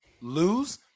lose